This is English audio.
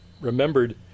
remembered